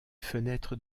fenêtres